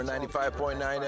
95.9